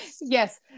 Yes